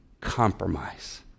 compromise